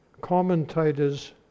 commentators